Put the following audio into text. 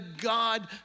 God